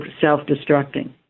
self-destructing